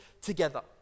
together